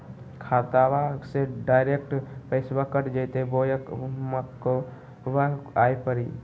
खाताबा से डायरेक्ट पैसबा कट जयते बोया बंकबा आए परी?